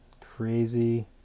crazy